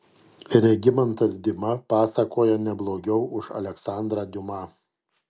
regimantas dima pasakoja ne blogiau už aleksandrą diuma